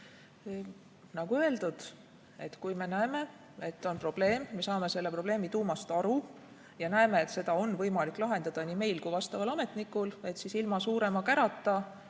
Nagu öeldud, kui me näeme, et on probleem, me saame selle probleemi tuumast aru ja näeme, et seda on võimalik lahendada nii meil kui vastaval ametnikul, siis ilma suurema kärata